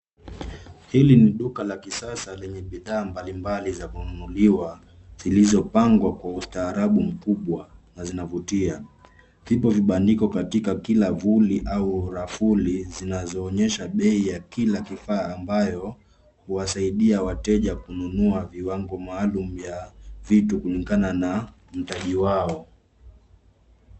Hili ni duka la kisasa lenye bidhaa mbalimbali za kununuliwa zilizopangwa kwa ustaarabu mkubwa na zinavutia. Vipo vibandiko katika kila vuli au rafuli zinazoonyesha bei ya kila kifaa ambayo huwasaidia wateja kununua viwango maalum vya vitu kulingana na mtaji wao.